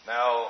Now